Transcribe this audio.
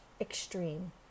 extreme